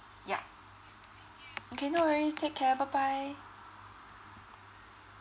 yeah okay no worries take care bye bye